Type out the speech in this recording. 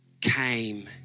came